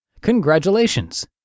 Congratulations